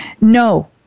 no